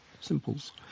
Simples